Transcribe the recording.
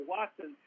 Watson